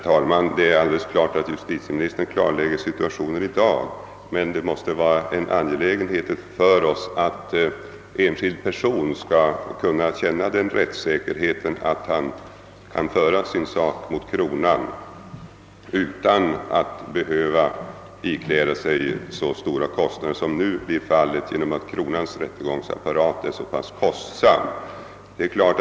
Herr talman! Justitieministern klarlägger självfallet dagens läge. Men det är angeläget för oss att se till att enskild person skall känna rättssäkerhet även i så måtto att han skall kunna föra sin sak mot kronan utan att behöva ikläda sig alltför stora kostnader. Under nuvarande förhållanden blir ofta kostnaderna i en dylik rättegång betungande på grund av den omfattande rättegångsapparaten.